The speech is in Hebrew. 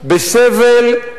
בסבל,